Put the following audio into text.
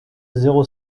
zéro